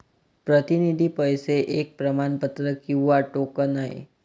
प्रतिनिधी पैसे एक प्रमाणपत्र किंवा टोकन आहे